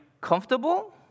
comfortable